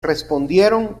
respondieron